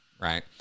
right